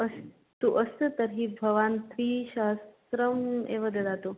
अस्तु अस्तु तर्हि भवान् थ्री सहस्त्रम् एव ददातु